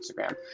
Instagram